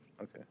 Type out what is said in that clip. Okay